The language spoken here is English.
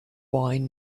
wine